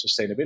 sustainability